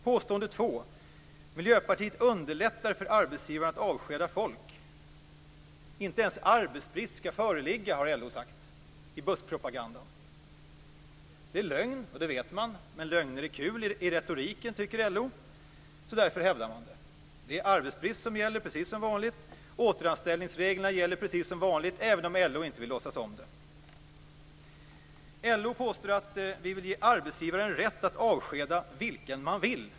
Påstående två: Miljöpartiet underlättar för arbetsgivaren att avskeda folk. Inte ens arbetsbrist skall föreligga har LO sagt i busspropagandan. Det är lögn, och det vet man. Men lögner är kul i retoriken, tycker LO. Därför hävdar man detta. Det är arbetsbrist som gäller, precis som vanligt. Och återanställningsreglerna gäller precis som vanligt, även om LO inte vill låtsas om det. LO påstår att vi vill ge arbetsgivaren rätt att avskeda vem man vill.